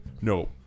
No